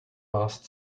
last